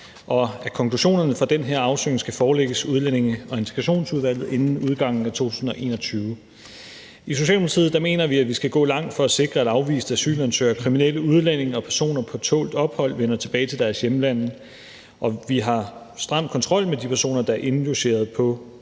og at konklusionerne fra den her afsøgning skal forelægges Udlændinge- og Integrationsudvalget inden udgangen af 2021. I Socialdemokratiet mener vi, at man skal gå langt for at sikre, at afviste asylansøgere, kriminelle udlændinge og personer på tålt ophold vender tilbage til deres hjemlande, og at man har en stram kontrol med de personer, der er indlogeret på